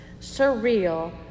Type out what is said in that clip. surreal